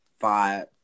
five